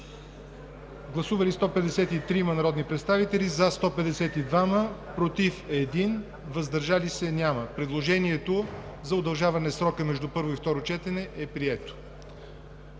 Гласували 153 народни представители: за 152, против 1, въздържали се няма. Предложението за удължаване на срока между първо и второ четене е прието.